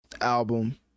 album